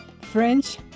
French